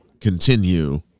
Continue